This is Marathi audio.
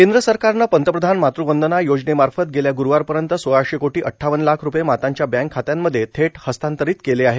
केंद्र सरकारनं पंतप्रधान मातुवंदना योजनेमार्फत गेल्या गुरूवारपर्यंत सोळाशे कोटी अड्डावन लाख रूपये मातांच्या बँक खात्यांमध्ये थेट हस्तांतरित केले आहेत